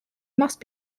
must